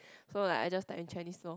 so like I just talk in Chinese lor